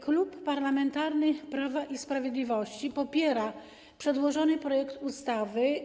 Klub Parlamentarny Prawo i Sprawiedliwość popiera przedłożony projekt ustawy.